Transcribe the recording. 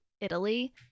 Italy